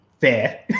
fair